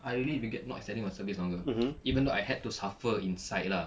I really regret not extending my service longer even though I had to suffer inside lah